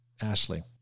Ashley